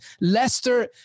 Leicester